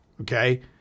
okay